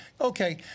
okay